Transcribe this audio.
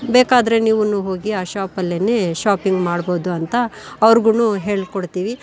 ಬೇಕಾದ್ರೆ ನೀವೂನು ಹೋಗಿ ಆ ಶಾಪಲ್ಲೆನೆ ಶಾಪಿಂಗ್ ಮಾಡ್ಬೋದು ಅಂತ ಅವ್ರಿಗೂನು ಹೇಳ್ಕೊಡ್ತೀವಿ